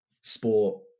sport